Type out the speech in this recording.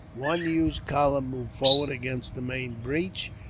one huge column moved forward against the main breach,